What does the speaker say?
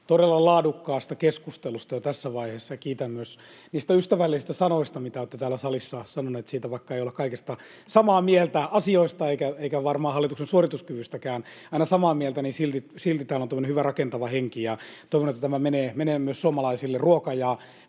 todella laadukkaasta keskustelusta jo tässä vaiheessa, ja kiitän myös niistä ystävällisistä sanoista, mitä olette täällä salissa sanoneet siitä, että vaikka ei olla kaikesta samaa mieltä, asioista eikä varmaan hallituksen suorituskyvystäkään olla aina samaa mieltä, silti täällä on tämmöinen hyvä, rakentava henki. Toivon, että tämä menee myös suomalaisille ruoka-